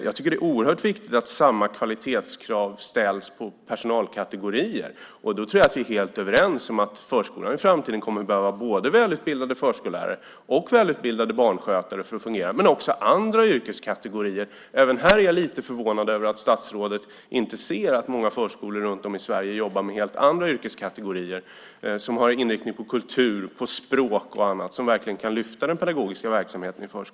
Jag tycker att det är oerhört viktigt att samma kvalitetskrav ställs på personalkategorierna. Då tror jag att vi är helt överens om att förskolan i framtiden kommer att behöva både välutbildade förskollärare och välutbildade barnskötare för att fungera, men det gäller också andra yrkeskategorier. Även här är jag lite förvånad över att statsrådet inte ser att många förskolor runt om i Sverige jobbar med helt andra yrkeskategorier - med inriktning på kultur, språk och annat - som verkligen kan lyfta den pedagogiska verksamheten i förskolan.